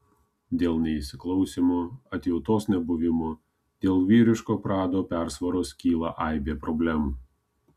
dėl neįsiklausymo atjautos nebuvimo dėl vyriško prado persvaros kyla aibė problemų